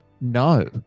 no